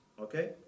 Okay